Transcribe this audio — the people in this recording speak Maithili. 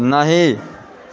नहि